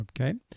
Okay